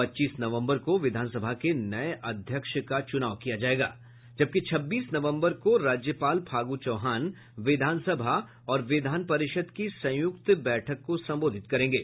पच्चीस तारीख को विधानसभा के नये अध्यक्ष का चुनाव किया जायेगा जबकि छब्बीस नवंबर को राज्यपाल फागू चौहान विधानसभा और विधान परिषद की संयुक्त बैठक को संबोधित करेंगे